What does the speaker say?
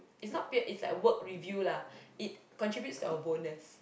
it's not peer it's like work review lah it contributes to our bonus